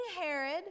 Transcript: Herod